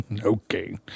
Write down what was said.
Okay